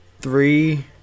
three